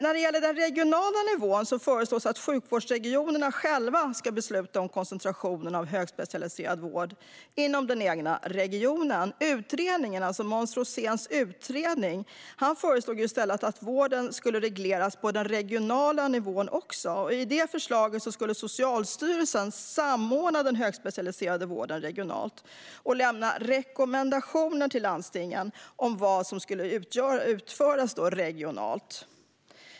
När det gäller den regionala nivån föreslås att sjukvårdsregionerna själva ska besluta om koncentrationen av högspecialiserad vård inom den egna regionen. Måns Roséns utredning föreslog i stället att vården skulle regleras på den regionala nivån också. Enligt det förslaget skulle Socialstyrelsen samordna den högspecialiserade vården på regional nivå och lämna rekommendationer till landstingen om vad som skulle utföras regionalt.